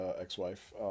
ex-wife